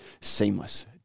Seamless